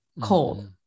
cold